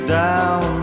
down